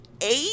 Eight